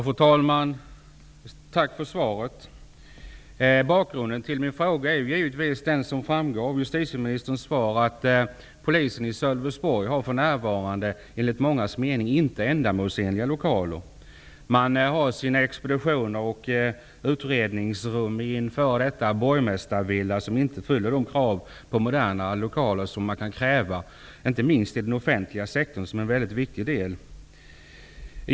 Fru talman! Tack för svaret. Bakgrunden till min fråga är givetvis, som framgår av justitieministerns svar, att polisen i Sölvesborg för närvarande enligt mångas mening inte har ändamålsenliga lokaler. Man har sina expeditioner och utredningsrum i en f.d. borgmästarvilla som inte fyller de krav på moderna lokaler som man kan ställa inte minst i den offentliga sektorn, som är en mycket viktig del.